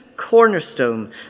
cornerstone